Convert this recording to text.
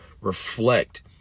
reflect